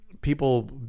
people